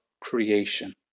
Creation